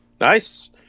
Nice